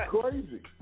crazy